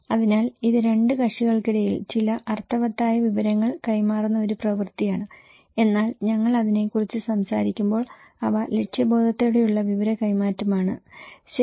അതിനാൽ ഇത് രണ്ട് കക്ഷികൾക്കിടയിൽ ചില അർത്ഥവത്തായ വിവരങ്ങൾ കൈമാറുന്ന ഒരു പ്രവൃത്തിയാണ് എന്നാൽ ഞങ്ങൾ അതിനെക്കുറിച്ച് സംസാരിക്കുമ്പോൾ അവ ലക്ഷ്യബോധത്തോടെയുള്ള വിവര കൈമാറ്റമാണ് ശരി